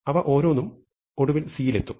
അവ ഓരോന്നും ഒടുവിൽ C യിൽ എത്തും